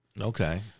Okay